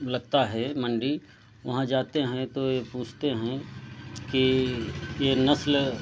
लगता है मँडी वहाँ जाते हैं तो यह पूछते हैं कि यह नस्ल